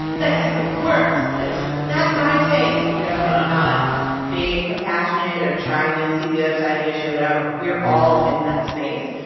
that guy is the worst, and that's my take, you know, and not and being compassionate or trying to see the other side of the issue or whatever. we're all in that space.